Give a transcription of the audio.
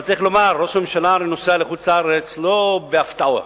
אבל צריך לומר: הרי ראש הממשלה נוסע לחוץ-לארץ לא בהפתעות.